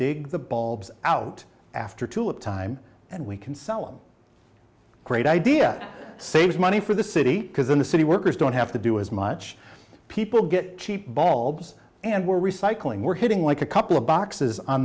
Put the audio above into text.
dig the bulbs out after tulip time and we can sell great idea saves money for the city because in the city workers don't have to do as much people get cheap balls and we're recycling we're hitting like a couple of boxes on